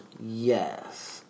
Yes